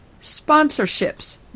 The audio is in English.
Sponsorships